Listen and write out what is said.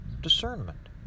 discernment